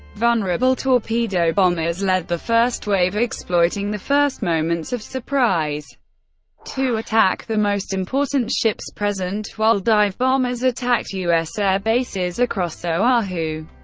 vulnerable torpedo bombers led the first wave, exploiting the first moments of surprise to attack the most important ships present, while dive bombers attacked u s. air bases across so um oahu,